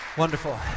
wonderful